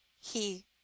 he—